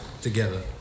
together